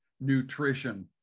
nutrition